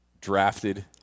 drafted